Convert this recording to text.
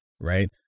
Right